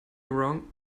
wrong